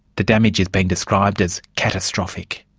the damage has been described as catastrophic.